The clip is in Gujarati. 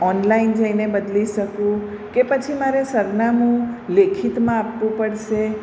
ઓનલાઈન જઈને બદલી શકું કે પછી મારે સરનામું લેખિતમાં આપવું પડશે